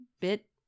bit